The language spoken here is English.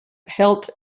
health